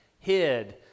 hid